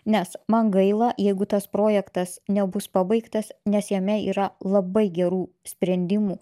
nes man gaila jeigu tas projektas nebus pabaigtas nes jame yra labai gerų sprendimų